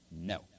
No